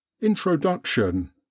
Introduction